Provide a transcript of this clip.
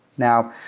now,